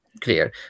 clear